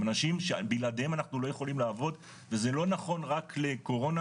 הם אנשים שבלעדיהם אנחנו לא יכולים לעבוד וזה לא נכון רק לקורונה,